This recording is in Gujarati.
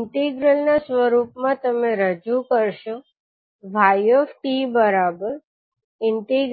ઇન્ટિગ્રલ ના સ્વરૂપ માં તમે રજુ કરશો yt ∞xht λdλ ∞hxt λdλ